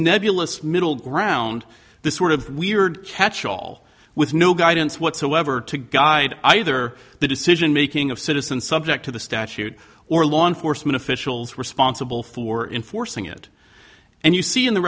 nebulous middle ground the sort of weird catchall with no guidance whatsoever to guide either the decision making of citizens subject to the statute or law enforcement officials responsible for enforcing it and you see in the